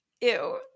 ew